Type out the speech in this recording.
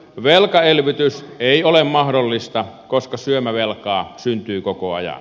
velkaelvytys ei ole mahdollista koska syömävelkaa syntyy koko ajan